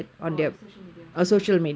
for social media ya